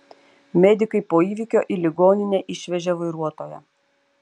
medikai po įvykio į ligoninę išvežė vairuotoją